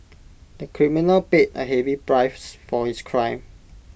the criminal paid A heavy price for his crime